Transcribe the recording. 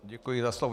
Děkuji za slovo.